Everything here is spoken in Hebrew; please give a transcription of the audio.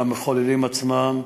על המחוללים עצמם: